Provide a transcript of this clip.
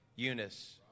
Eunice